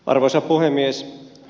arvoisa puhemies